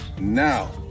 now